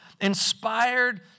inspired